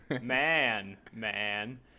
man-man